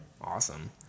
Awesome